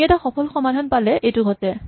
আমি এটা সফল সমাধান পালে এইটো ঘটে